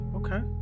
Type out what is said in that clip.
okay